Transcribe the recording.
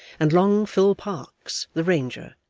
and long phil parkes the ranger,